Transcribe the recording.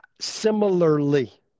similarly